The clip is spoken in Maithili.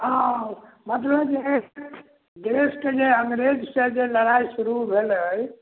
हँ मतलब देशके लेल जे अङ्ग्रेजसँ जे लड़ाइ शुरू भेलै